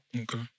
Okay